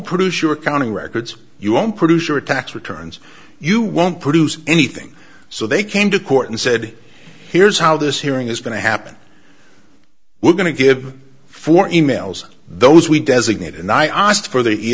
produce your county records you won't produce your tax returns you won't produce anything so they came to court and said here's how this hearing is going to happen we're going to give four in males those we designate and i asked for the